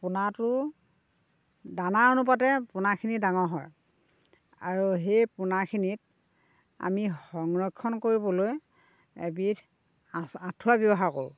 পোনাটো দান অনুপাতে পোনাখিনি ডাঙৰ হয় আৰু সেই পোনাখিনিত আমি সংৰক্ষণ কৰিবলৈ এবিধ আ আঠুৱা ব্যৱহাৰ কৰোঁ